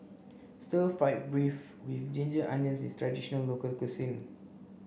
stir fried beef with ginger onions is a traditional local cuisine